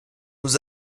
nous